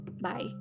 bye